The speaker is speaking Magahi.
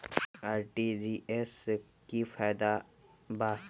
आर.टी.जी.एस से की की फायदा बा?